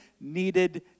needed